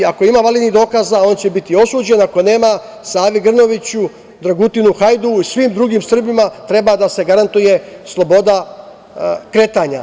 Ako ima validnih dokaza, on će biti osuđen, ako nema, Savi Grnoviću, Dragutinu Hajduu i svim drugim Srbima treba da se garantuje sloboda kretanja.